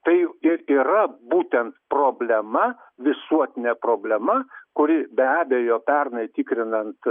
tai ir yra būtent problema visuotinė problema kuri be abejo pernai tikrinant